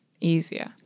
easier